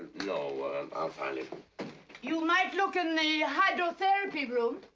you know ah kind of you might look in the hydrotherapy room.